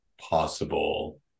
possible